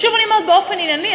שוב אני אומרת: באופן ענייני,